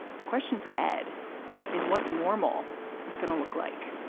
the question for ed is what normal is going to look like.